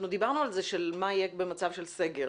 דיברנו על מה יהיה במצב של סגר.